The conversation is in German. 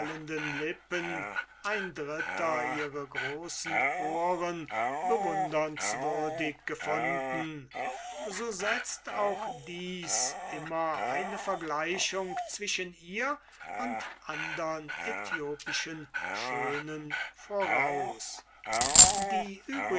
ein dritter ihre großen ohren bewundernswürdig würdig gefunden so setzt auch dies immer eine vergleichung zwischen ihr und andern äthiopischen schönen voraus die